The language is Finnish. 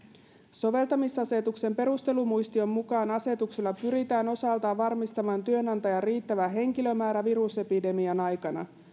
soveltamisasetuksen perustelumuistion mukaan asetuksella pyritään osaltaan varmistamaan työnantajan riittävä henkilömäärä virusepidemian aikana